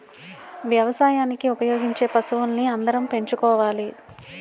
వ్యవసాయానికి ఉపయోగించే పశువుల్ని అందరం పెంచుకోవాలి